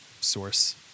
source